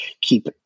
keep